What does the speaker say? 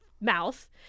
mouth